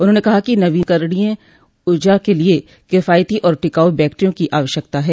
उन्होंने कहा कि नवीकरणीय ऊर्जा के लिए किफायती और टिकाऊ बैटरियों की आवश्यतकता है